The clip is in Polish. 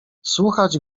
słuchać